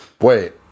Wait